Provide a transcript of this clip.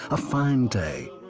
a fine day,